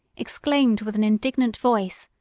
exclaimed with an indignant voice,